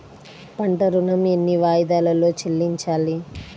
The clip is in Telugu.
పంట ఋణం ఎన్ని వాయిదాలలో చెల్లించాలి?